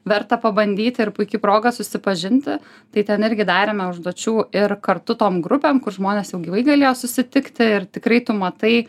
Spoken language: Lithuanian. verta pabandyti ir puiki proga susipažinti tai ten irgi darėme užduočių ir kartu tom grupėm kur žmonės jau gyvai galėjo susitikti ir tikrai tu matai